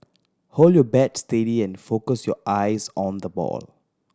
hold your bat steady and focus your eyes on the ball